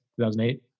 2008